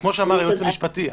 כמו שאמר היועץ המשפטי,